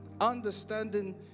understanding